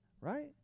right